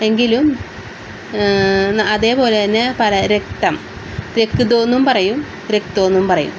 എങ്കിലും അതേപോലെ തന്നെ പല രക്തം രക്തോന്നും പറയും രക്തമെന്നും പറയും